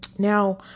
Now